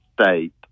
State